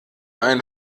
ein